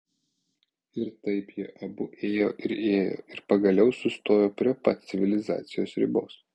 ir taip jie abu ėjo ir ėjo ir pagaliau sustojo prie pat civilizacijos ribos